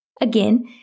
Again